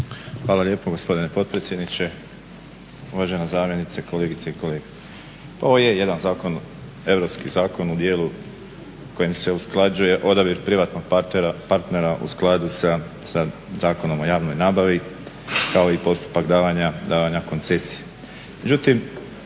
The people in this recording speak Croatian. Hvala lijepo gospodine potpredsjedniče, uvažena zamjenice, kolegice i kolege. Pa ovo je jedan zakon, Europski zakon u dijelu kojim se usklađuje odabir privatnog partnera u skladu sa Zakonom o javnom nabavi, kao i postupak davanja koncesija.